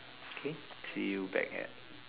k see you back at